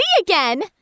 again